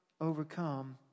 overcome